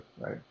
right